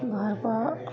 घरपर